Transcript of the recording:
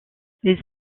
les